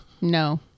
No